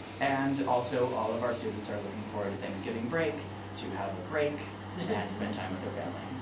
and also, all of our students are looking forward to thanksgiving break to have a break and spend time with our families.